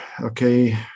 Okay